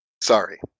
Sorry